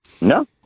No